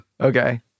Okay